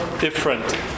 different